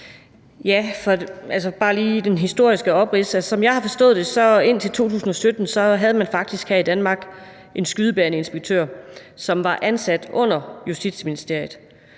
lige for det historiske oprids. Som jeg har forstået det, havde man faktisk her i Danmark indtil 2017 en skydebaneinspektør, som var ansat under Justitsministeriet,